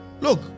look